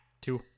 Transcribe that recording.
Two